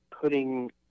putting